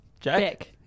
Jack